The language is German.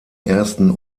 ersten